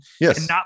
Yes